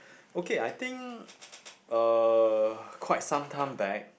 okay I think uh quite some time back